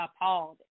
appalled